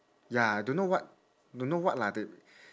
ya don't know what don't know what lah the